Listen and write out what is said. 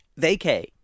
vacay